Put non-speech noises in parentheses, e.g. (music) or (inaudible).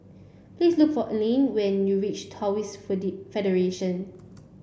please look for Allene when you reach Taoist (unintelligible) Federation